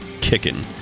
kicking